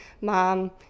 mom